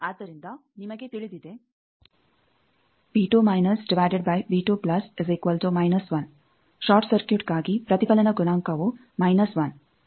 ಆದ್ದರಿಂದ ನಿಮಗೆ ತಿಳಿದಿದೆ ಷಾರ್ಟ್ ಸರ್ಕ್ಯೂಟ್ ಗಾಗಿ ಪ್ರತಿಫಲನ ಗುಣಾಂಕವು ಮೈನಸ್ 1